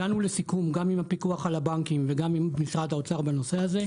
הגענו לסיכום גם עם הפיקוח על הבנקים וגם עם משרד האוצר בנושא הזה.